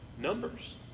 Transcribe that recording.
numbers